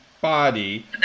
Body